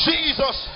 Jesus